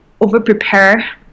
overprepare